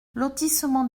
lotissement